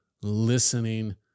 listening